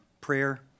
prayer